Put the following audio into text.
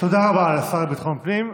תודה רבה לשר לביטחון הפנים.